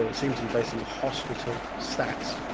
or it seems to be based on the hospital stats,